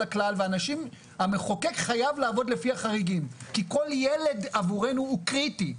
הכלל והמחוקק חייב לעבוד לפי החריגים כי כל ילד עבורנו הוא קריטי.